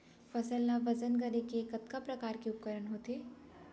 फसल ला वजन करे के कतका प्रकार के उपकरण होथे?